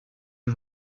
and